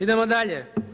Idemo dalje.